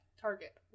Target